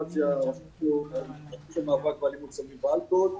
אחת היא הרשות למאבק באלימות בסמים ובאלכוהול והשנייה,